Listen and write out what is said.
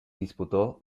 disputó